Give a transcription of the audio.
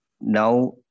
now